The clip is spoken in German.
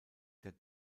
der